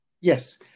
Yes